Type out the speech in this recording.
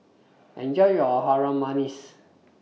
Enjoy your Harum Manis